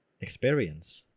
experience